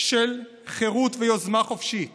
של חירות ויוזמה חופשית